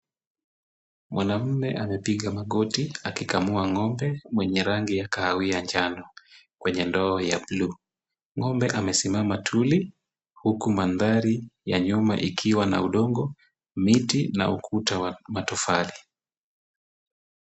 Mwanamume amepiga magoti akikamua ng'ombe mwenye rangi ya kahawia-njano kwenye ndoo ya buluu. Ng'ombe amesimama tuli huku mandhari ya nyuma ikiwa na udongo, miti na ukuta wa matofali.